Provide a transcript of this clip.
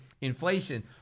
Inflation